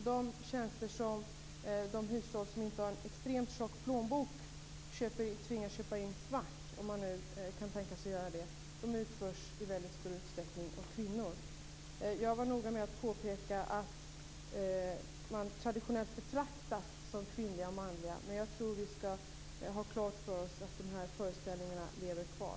De tjänster som de hushåll som inte har en extremt tjock plånbok tvingas köpa in svart - om man nu kan tänka sig att göra det - utförs i stor utsträckning av kvinnor. Jag var noga med att påpeka att det är tjänster som "traditionellt betraktas" som kvinnliga och manliga, men vi skall ha klart för oss att de föreställningarna lever kvar.